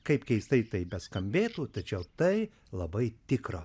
kaip keistai tai beskambėtų tačiau tai labai tikra